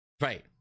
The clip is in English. right